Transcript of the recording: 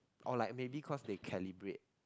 or like maybe cause they calibrate